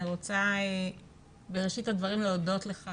אני רוצה בראשית הדברים להודות לך